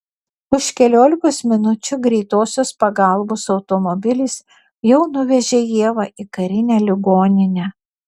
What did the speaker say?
už keliolikos minučių greitosios pagalbos automobilis jau nuvežė ievą į karinę ligoninę